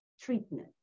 treatment